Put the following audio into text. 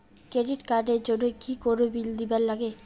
Credit card এর জন্যে কি কোনো বিল দিবার লাগে?